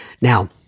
Now